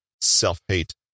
self-hate